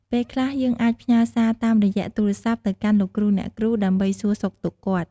ពេលខ្លះយើងអាចផ្ញើរសាតាមរយៈទូរស័ព្ទទៅកាន់លោកគ្រូអ្នកគ្រូ ដើម្បីសួរសុខទុក្ខគាត់។